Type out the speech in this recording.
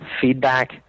feedback